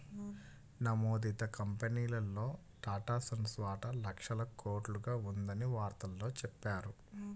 నమోదిత కంపెనీల్లో టాటాసన్స్ వాటా లక్షల కోట్లుగా ఉందని వార్తల్లో చెప్పారు